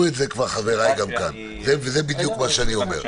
את זה כבר חבריי גם כאן וזה בדיוק מה שאני אומר.